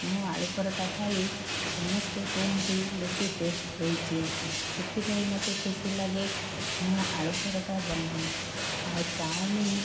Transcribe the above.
ମୋ ଆଳୁ ପରଟା ଖାଇ ସମସ୍ତେ କୁହନ୍ତି ବେଶୀ ଟେଷ୍ଟ ହେଇଛି ସେଥିପାଇଁ ମୋତେ ଖୁସି ଲାଗେ ମୁଁ ଆଳୁ ପରଟା ବନାଏ ଆଉ ଚାଓମିନ